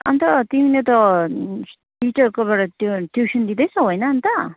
अन्त तिमीले त टिचरकोबाट त्यो ट्युसन लिदैँछौ होइन अन्त